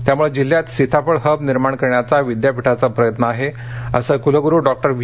त्यामुळे जिल्ह्यात सीताफळ हब निर्माण करण्याचा विद्यापीठाचा प्रयत्न आहे असं विद्यापीठाचे कुलगुरु डॉक्टर वी